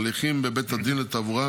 הליכים בבית הדין לתעבורה,